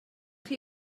chi